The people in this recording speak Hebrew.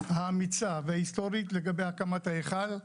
האמיצה וההיסטורית לגבי הקמת ההיכל,